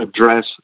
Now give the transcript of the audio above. address